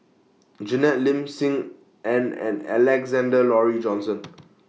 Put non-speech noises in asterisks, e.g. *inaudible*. Janet Lim SIM Ann and Alexander Laurie Johnston *noise*